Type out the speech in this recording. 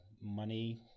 money